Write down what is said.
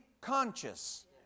conscious